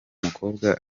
umukobwa